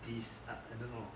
these ah I don't know